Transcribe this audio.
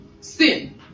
sin